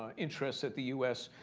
ah interests that the u s.